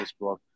Facebook